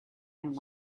and